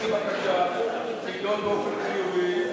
תגישו בקשה, היא תידון באופן חיובי.